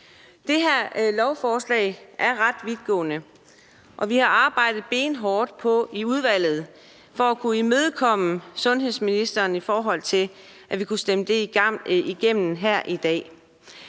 Det her lovforslag er ret vidtgående, og vi har i udvalget arbejdet benhårdt for at kunne imødekomme sundhedsministeren, i forhold til at vi kunne stemme det igennem her i dag.